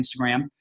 Instagram